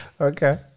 Okay